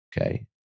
okay